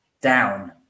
down